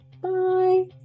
Bye